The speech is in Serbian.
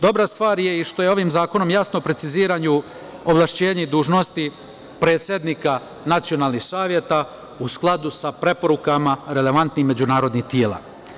Dobra stvar je što je i ovim zakonom jasno precizirana ovlašćenja i dužnosti predsednika nacionalnih saveta u skladu sa preporukama relevantnih međunarodnih tela.